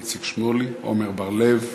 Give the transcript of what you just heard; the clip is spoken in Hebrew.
איציק שמולי ועמר בר-לב.